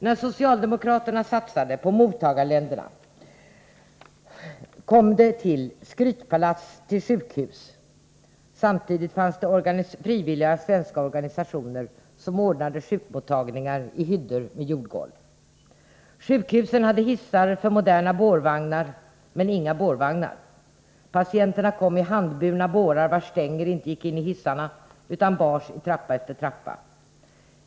När socialdemokraterna satsade på av mottagarländerna önskade skrytpalats till sjukhus, fanns det organisationer som ordnade sjukmottagningar i hyddor med jordgolv. Sjukhusen hade hissar för moderna bårvagnar, men inga bårvagnar. Patienterna kom i handburna bårar, vars stänger inte gick in i hissarna. Bårarna fick bäras i trappa efter trappa.